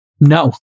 no